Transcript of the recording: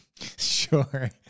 Sure